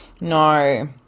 No